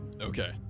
Okay